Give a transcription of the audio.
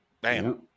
Bam